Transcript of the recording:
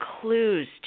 clues